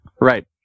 right